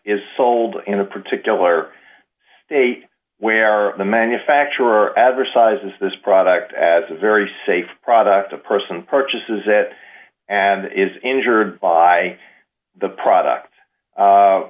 is sold in a particular state where the manufacturer as or sizes this product as a very safe product a person purchases that is injured by the product